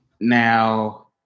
Now